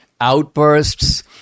outbursts